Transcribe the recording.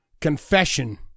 Confession